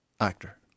actor